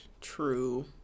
True